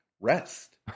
rest